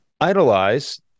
idolize